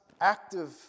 active